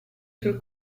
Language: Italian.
sul